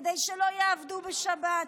כדי שלא יעבדו בשבת,